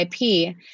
IP